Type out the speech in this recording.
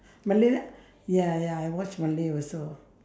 malay ya ya I watch malay also